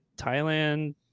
thailand